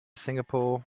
singapore